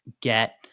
get